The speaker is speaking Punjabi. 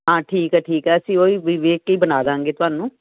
ਹਾਂ ਠੀਕ ਆ ਠੀਕ ਆ ਅਸੀਂ ਉਹ ਹੀ ਵੇਖ ਕੇ ਹੀ ਬਣਾ ਦਵਾਂਗੇ ਤੁਹਾਨੂੰ